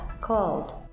called